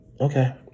Okay